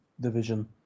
division